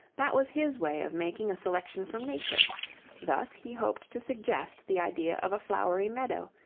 that was his way of making a selection from nature thus he hoped to suggest the idea of a flowery meadow,